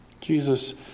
Jesus